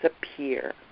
disappear